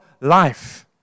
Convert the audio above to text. life